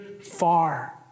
Far